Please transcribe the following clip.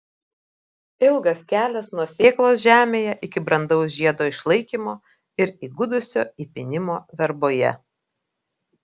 ilgas kelias nuo sėklos žemėje iki brandaus žiedo išlaikymo ir įgudusio įpynimo verboje